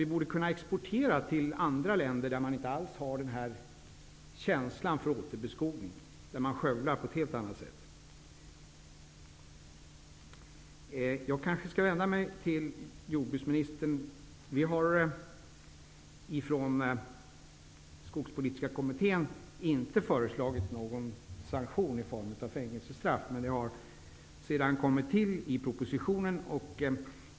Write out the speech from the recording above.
Vi borde kunna exportera den till andra länder där man inte alls har samma känsla för återbeskogning, utan skövlar sin skog. Jag kanske skall vända mig till jordbruksministern. Skogspolitiska kommittén har inte föreslagit någon sanktion i form av fängelsestraff, men det har sedan kommit till i propositionen.